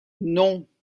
non